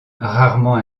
rarement